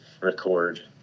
record